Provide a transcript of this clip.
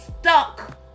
stuck